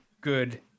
good